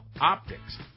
optics